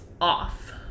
off